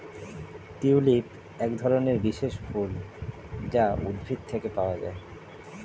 tulip একধরনের বিশেষ ফুল যা উদ্ভিদ থেকে পাওয়া যায়